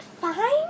fine